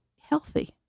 healthy